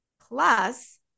plus